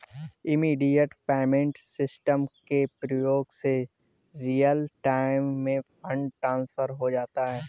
immediate payment system के प्रयोग से रियल टाइम में फंड ट्रांसफर हो जाता है